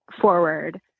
forward